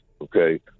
okay